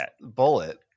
Bullet